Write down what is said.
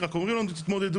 רק אומרים לנו תתמודדו.